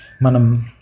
Manam